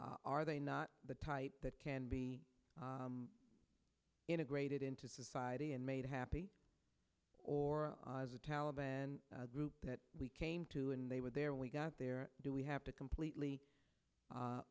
that are they not the type that can be integrated into society and made happy or as a taliban group that we came to and they were there we got there do we have to completely